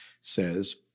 says